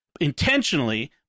intentionally